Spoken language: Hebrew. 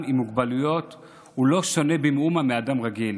עם מוגבלויות אינו שונה במאומה מאדם רגיל.